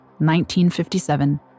1957